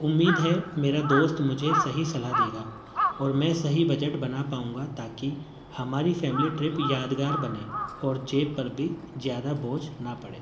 امید ہے میرا دوست مجھے صحیح صلاح دے گا اور میں صحیح بجٹ بنا پاؤں گا تاکہ ہماری فیملی ٹرپ یادگار بنے اور جیب پر بھی زیادہ بوجھ نہ پڑے